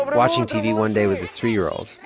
watching tv one day with his three year old,